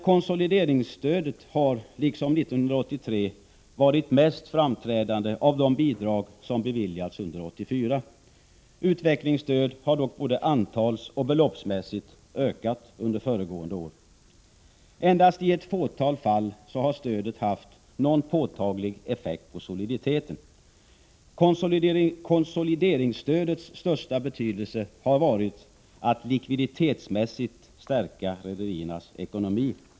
Konsolideringsstödet har emellertid varit mest framträdande av de bidrag som beviljats under 1984, liksom fallet var under 1983. Utvecklingsstödet har dock både antalsmässigt och beloppsmässigt ökat under föregående år. Endast i ett fåtal fall har stödet haft någon påtaglig effekt på soliditeten. Konsolideringsstödets största betydelse har varit att det likviditetsmässigt har stärkt rederiernas ekonomi.